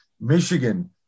Michigan